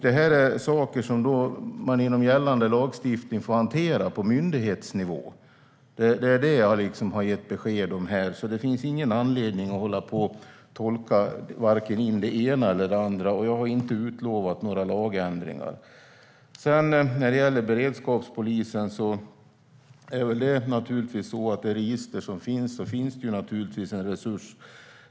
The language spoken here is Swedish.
Det här är saker som man inom gällande lagstiftning får hantera på myndighetsnivå. Det är det jag har gett besked om här. Det finns alltså ingen anledning att hålla på och tolka in vare sig det ena eller det andra. Jag har inte utlovat några lagändringar. När det gäller beredskapspolisen är naturligtvis det register som finns en resurs.